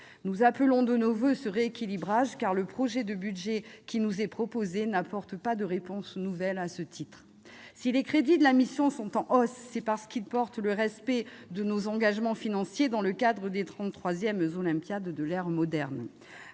Nous appelons de nos voeux ce rééquilibrage, car le projet de budget qui nous est proposé n'apporte aucune réponse nouvelle à cet égard. Si les crédits de la mission sont en hausse, c'est parce qu'ils traduisent le respect de nos engagements financiers dans le cadre des Jeux d'été de la XXXIIIOlympiade de l'ère moderne.